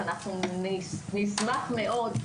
אנחנו נשמח מאוד,